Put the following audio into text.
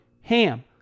HAM